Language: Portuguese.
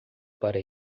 para